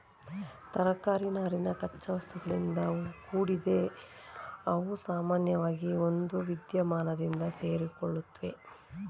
ತರಕಾರಿ ನಾರಿನ ಕಚ್ಚಾವಸ್ತುಗಳಿಂದ ಕೂಡಿದೆ ಅವುಸಾಮಾನ್ಯವಾಗಿ ಒಂದುವಿದ್ಯಮಾನದಿಂದ ಸೇರಿಕೊಳ್ಳುತ್ವೆ